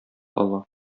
ала